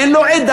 אין לו עדה,